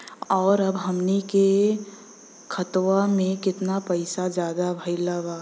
और अब हमनी के खतावा में कितना पैसा ज्यादा भईल बा?